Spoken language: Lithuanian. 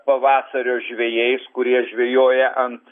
pavasario žvejais kurie žvejoja ant